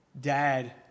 dad